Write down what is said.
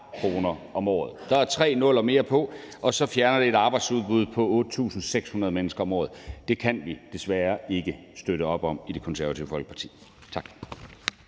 om året. Der er kommet tre nuller mere på, og så fjerner det et arbejdsudbud på 8.600 mennesker om året. Det kan vi desværre ikke støtte op om i Det Konservative Folkeparti. Tak.